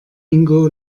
ingo